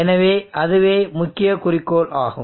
எனவே அதுவே முக்கிய குறிக்கோள் ஆகும்